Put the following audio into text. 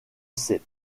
ces